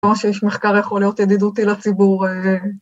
‫כמו שיש מחקר יכול להיות ידידותי לציבור.